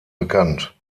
bekannt